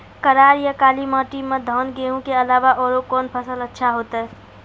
करार या काली माटी म धान, गेहूँ के अलावा औरो कोन फसल अचछा होतै?